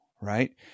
Right